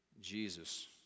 Jesus